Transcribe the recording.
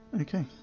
Okay